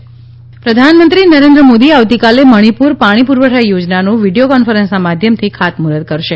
Manipur project પ્રધાનમંત્રી નરેન્દ્ર મોદી આવતીકાલે મણિપુર પાણી પુરવઠા યોજનાનું વીડિયો કોન્ફરન્સના માધ્યમથી ખાતમૂહર્ત કરશે